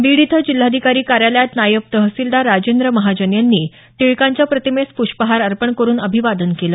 बीड इथं जिल्हाधिकारी कार्यालयात नायब तहसीलदार राजेंद्र महाजन यांनी टिळकांच्या प्रतिमेस पुष्पहार अर्पण करुन अभिवादन केलं